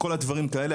כל הדברים האלה,